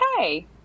okay